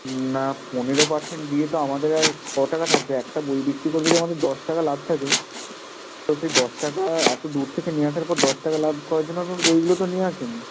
না পনেরো পার্সেন্ট দিয়ে তো আমাদের আর ক টাকা থাকবে একটা বই বিক্রি করে যদি আমাদের দশ টাকা লাভ থাকে তো সেই দশ টাকা এত দূর থেকে নিয়ে আসার পর দশ টাকা লাভ করার জন্য তো বইগুলো তো নিয়ে আসিনি